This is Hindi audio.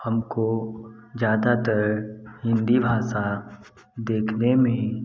हमको ज़्यादातर हिन्दी भाषा देखने में